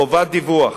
חובת דיווח,